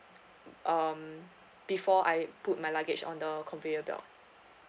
um before I put my luggage on the conveyor belt